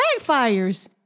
backfires